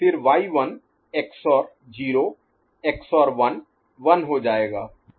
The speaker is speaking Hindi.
फिर y 1 XOR 0 XOR 1 1 हो जाएगा